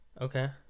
Okay